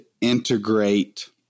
integrate